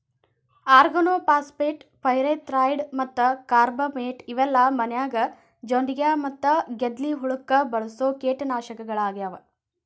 organophosphate, pyrethroid ಮತ್ತ carbamate ಇವೆಲ್ಲ ಮನ್ಯಾಗ ಜೊಂಡಿಗ್ಯಾ ಮತ್ತ ಗೆದ್ಲಿ ಹುಳಕ್ಕ ಬಳಸೋ ಕೇಟನಾಶಕಗಳಾಗ್ಯಾವ